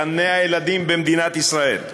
גני-הילדים במדינת ישראל.